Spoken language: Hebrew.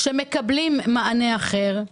שמקבלים מענה אחר,